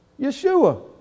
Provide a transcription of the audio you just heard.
Yeshua